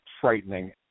frightening